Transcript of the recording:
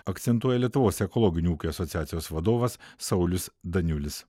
akcentuoja lietuvos ekologinių ūkių asociacijos vadovas saulius daniulis